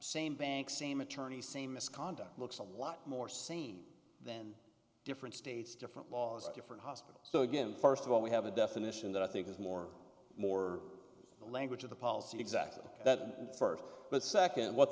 same bank same attorney same misconduct looks a lot more same then different states different laws different hospitals so again first of all we have a definition that i think is more more the language of the policy exactly that first but second what